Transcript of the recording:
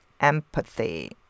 empathy